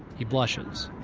he blushes